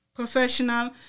Professional